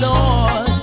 Lord